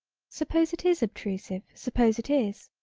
suppose it is obtrusive suppose it is.